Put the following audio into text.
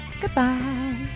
Goodbye